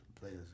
players